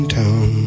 town